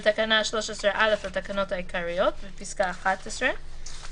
בתקנה 13(א) לתקנות העיקריות בפסקה (11),